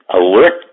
alert